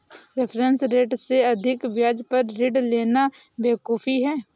reference rate से अधिक ब्याज पर ऋण लेना बेवकूफी है